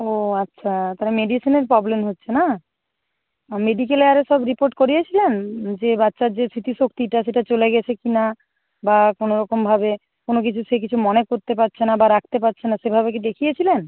ও আচ্ছা তাহলে মেডিসিনের প্রবলেম হচ্ছে না মেডিকেলে আরও সব রিপোর্ট করিয়েছিলেন যে বাচ্চার যে স্মৃতিশক্তিটা সেটা চলে গেছে কি না বা কোনো রকমভাবে কোনো কিছু সে কিছু মনে করতে পারছে না বা রাখতে পারছে না সেভাবে কি দেখিয়েছিলেন